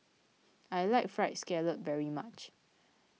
I like Fried Scallop very much